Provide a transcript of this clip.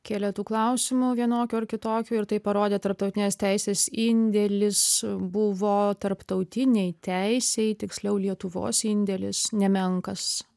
kėlė tų klausimų vienokių ar kitokių ir tai parodė tarptautinės teisės indėlis buvo tarptautinei teisei tiksliau lietuvos indėlis nemenkas